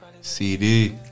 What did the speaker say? CD